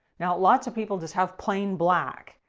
lots of people just have plain black.